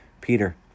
Peter